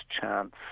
chance